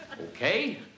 Okay